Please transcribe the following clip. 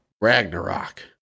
Ragnarok